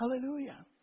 Hallelujah